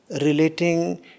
relating